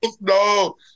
No